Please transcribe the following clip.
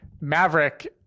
Maverick